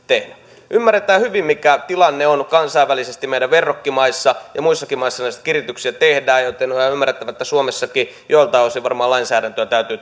tehneet ymmärretään hyvin mikä tilanne on kansainvälisesti meidän verrokkimaissamme ja ja muissakin maissa näitä kiristyksiä tehdään joten on ihan ymmärrettävää että suomessakin joiltain osin varmaan lainsäädäntöä täytyy